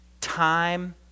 time